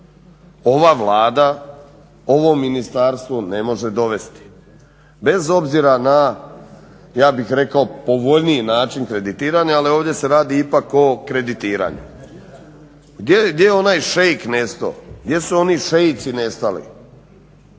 ova Vlada, ovo ministarstvo ne može dovesti bez obzira na ja bih rekao povoljniji način kreditiranja ali ovdje se radi o kreditiranju. Gdje je onaj šejk nestao, gdje su oni šeici nestali?